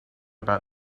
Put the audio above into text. about